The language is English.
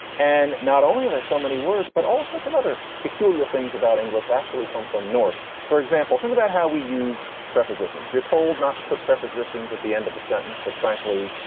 and not only are there so many words, but all sorts of other peculiar things about english actually come from norse, for example. think about how we use prepositions. you're told not to put prepositions at the end of a sentence, but frankly,